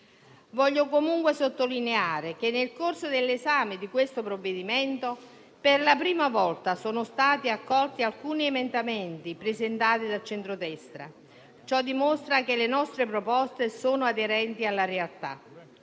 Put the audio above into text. Voglio comunque sottolineare che, nel corso dell'esame di questo provvedimento, per la prima volta sono stati accolti alcuni emendamenti presentati dal centrodestra. Ciò dimostra che le nostre proposte sono aderenti alla realtà.